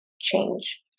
change